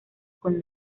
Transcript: con